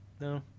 No